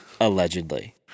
allegedly